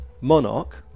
monarch